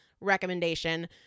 recommendation